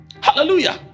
hallelujah